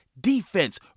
defense